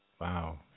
Wow